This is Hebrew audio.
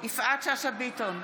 יפעת שאשא ביטון,